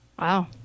Wow